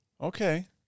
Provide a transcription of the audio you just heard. Okay